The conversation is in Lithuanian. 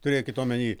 turėkit omenyje